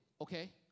Okay